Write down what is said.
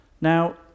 Now